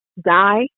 die